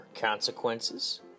consequences